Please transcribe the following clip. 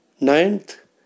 Ninth